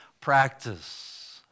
practice